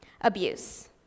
abuse